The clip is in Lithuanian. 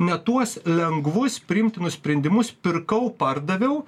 ne tuos lengvus priimtinus sprendimus pirkau pardaviau